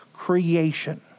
Creation